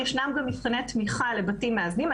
ישנם גם מבחני תמיכה לבתים מאזנים.